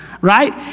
right